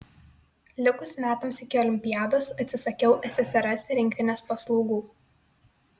likus metams iki olimpiados atsisakiau ssrs rinktinės paslaugų